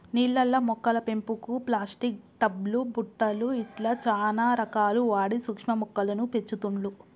నీళ్లల్ల మొక్కల పెంపుకు ప్లాస్టిక్ టబ్ లు బుట్టలు ఇట్లా చానా రకాలు వాడి సూక్ష్మ మొక్కలను పెంచుతుండ్లు